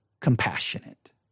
compassionate